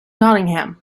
nottingham